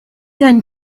then